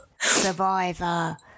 Survivor